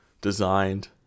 designed